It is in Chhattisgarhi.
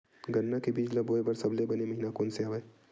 गन्ना के बीज ल बोय बर सबले बने महिना कोन से हवय?